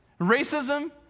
racism